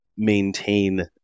maintain